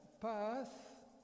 path